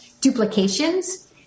duplications